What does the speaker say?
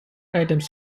items